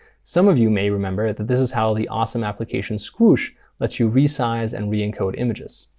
some of you may remember that this is how the awesome application squoosh lets you resize and re-encode images.